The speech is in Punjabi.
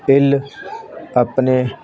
ਇੱਲ ਆਪਣੇ